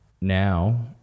Now